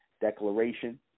declaration